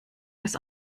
des